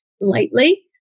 lightly